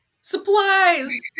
Supplies